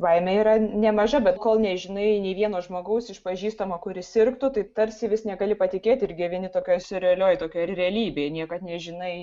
baimė yra nemaža bet kol nežinai nei vieno žmogaus iš pažįstamo kuris sirgtų tai tarsi vis negali patikėti ir gyveni tokioj siurrealioj tokioj realybėj niekad nežinai